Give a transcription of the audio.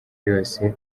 yose